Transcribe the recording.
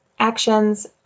actions